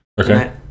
Okay